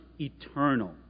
eternal